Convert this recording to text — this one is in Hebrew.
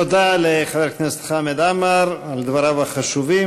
תודה לחבר הכנסת חמד עמאר על דבריו החשובים.